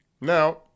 Now